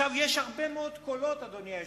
יש הרבה מאוד קולות, אדוני היושב-ראש,